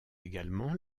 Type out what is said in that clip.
également